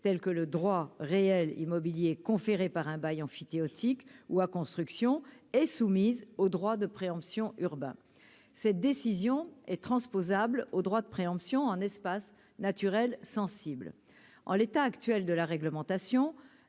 tels que le droit réel immobiliers conférée par un bail emphytéotique ou à construction est soumise au droit de préemption urbain, cette décision est transposable au droit de préemption en espace naturel sensible en l'état actuel de la réglementation,